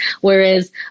whereas